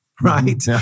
Right